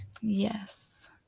yes